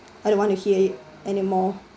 I don't want to hear it anymore